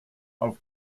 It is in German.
auf